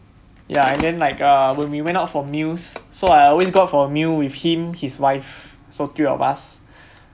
ya and then like uh when we went out for meals so I always got meal with him his wife so three of us